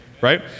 right